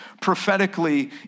prophetically